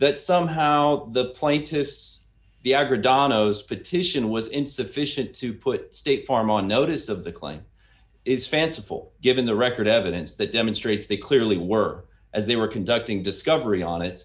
that somehow the plaintiffs the arguer dominoes petition was insufficient to put state farm on notice of the claim is fanciful given the record evidence that demonstrates they clearly were as they were conducting discovery on it